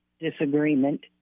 disagreement